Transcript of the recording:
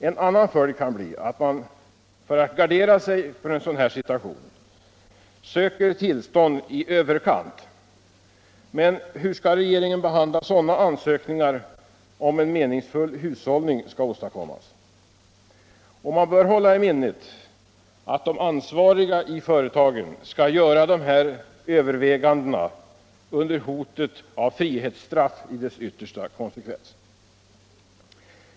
En annan följd kan bli att man för att gardera sig för en sådan situation söker tillstånd i ”överkant”. Men hur skall regeringen behandla sådana ansökningar om en meningsfull hushållning skall åstadkommas? Och man bör hålla i minnet att de ansvariga i företagen skall göra sina överväganden under hotet av frihetsstraff i dess yttersta konsekvens.